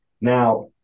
Now